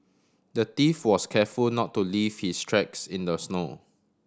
the thief was careful not to leave his tracks in the snow